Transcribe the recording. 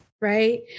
right